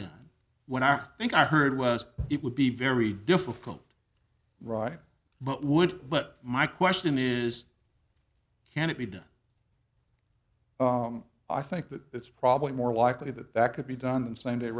done when i think i heard was it would be very difficult right but would but my question is can it be done i think that it's probably more likely that that could be done